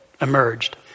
emerged